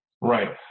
Right